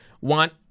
want